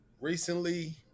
recently